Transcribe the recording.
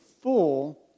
full